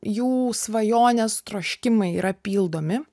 jų svajonės troškimai yra pildomi